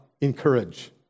encourage